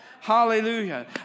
Hallelujah